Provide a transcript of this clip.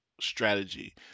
strategy